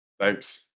thanks